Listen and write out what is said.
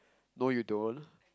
no you don't